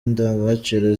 ndangagaciro